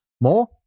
more